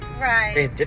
Right